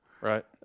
Right